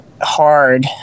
hard